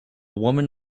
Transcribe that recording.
woman